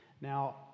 Now